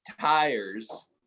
tires